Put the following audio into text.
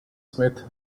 smith